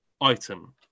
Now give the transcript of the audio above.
item